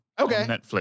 Okay